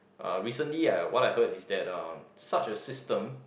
uh recently I what I heard is that uh such a system